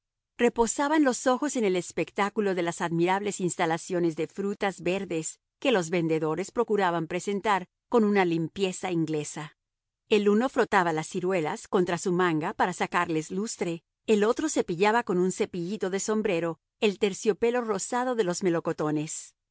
reposaban los ojos en el espectáculo de las admirables instalaciones de frutas verdes que los vendedores procuraban presentar con una limpieza inglesa el uno frotaba las ciruelas contra su manga para sacarlas lustre el otro cepillaba con un cepillito de sombrero el terciopelo rosado de los melocotones